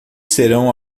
serão